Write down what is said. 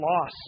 loss